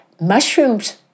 mushrooms